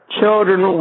children